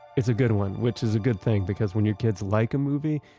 it's a good one, which is a good thing because when your kids like a movie,